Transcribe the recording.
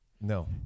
no